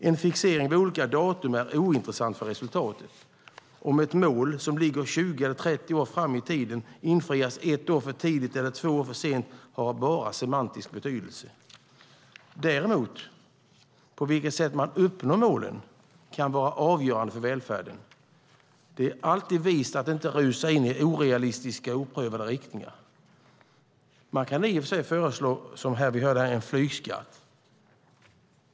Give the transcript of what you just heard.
En fixering vid olika datum är ointressant för resultatet. Om ett mål som ligger 20 eller 30 år framåt i tiden infrias ett år för tidigt eller två år för sent har bara semantisk betydelse. Däremot kan det vara avgörande för välfärden på vilket sätt man uppnår målen. Det är alltid vist att inte rusa in i orealistiska och oprövade riktningar. Man kan i och för sig föreslå en flygskatt, som vi hörde här.